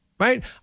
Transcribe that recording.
Right